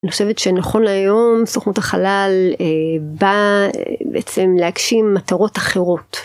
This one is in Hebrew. אני חושבת שנכון היום סוכנות החלל באה בעצם להגשים מטרות אחרות.